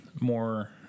more